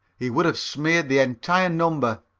he would have smeared the entire number.